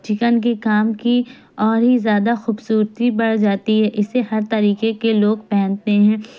chicken کے کام کی اور ہی زیادہ خوبصورتی بڑھ جاتی ہے اسے ہر طریقے کے لوگ پہنتے ہیں